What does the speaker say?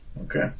Okay